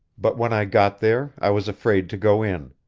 but when i got there i was afraid to go in.